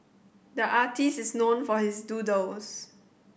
the artist is known for his doodles